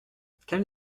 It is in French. qu’elles